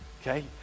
okay